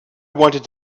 wanted